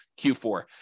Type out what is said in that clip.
Q4